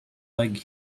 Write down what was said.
like